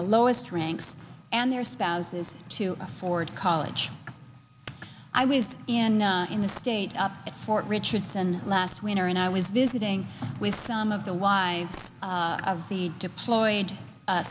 the lowest rank and their spouses to afford college i was in in the state up at fort richardson last winter and i was visiting with some of the wives of the deployed